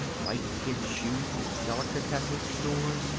white kid shoes, delicatessen stores,